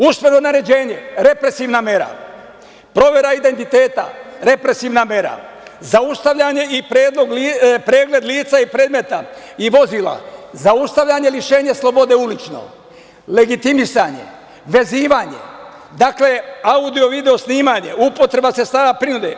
Usmeno naređenje – represivna mera, provera identiteta – represivna mera, zaustavljanje i pregled lica i vozila, zaustavljanje, lišenje slobode ulično, legitimisanje, vezivanje, audio i video snimanje, upotreba sredstava prinude.